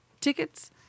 Tickets